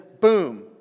boom